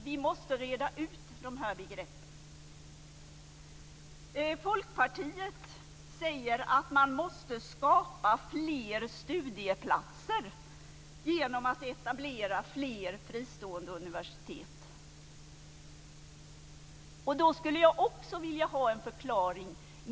Vi måste reda ut de här begreppen. Folkpartiet säger att man måste skapa fler studieplatser genom att etablera fler fristående universitet. Då skulle jag också vilja ha en förklaring.